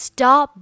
Stop